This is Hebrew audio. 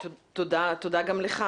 זאת אומרת,